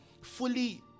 fully